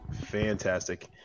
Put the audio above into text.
fantastic